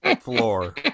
Floor